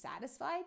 satisfied